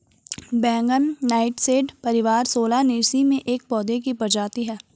बैंगन नाइटशेड परिवार सोलानेसी में एक पौधे की प्रजाति है